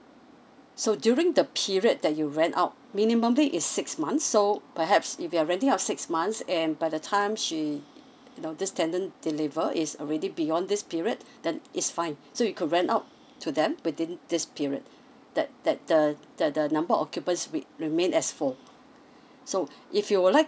so during the period that you rent out minimally is six months so perhaps if you're renting out six months and by the time she you know this tenant deliver it's already beyond this period then it's fine so you could rent out to them within this period that that the the the number of occupants will remain as four so if you would like